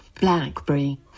Blackberry